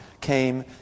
came